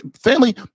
family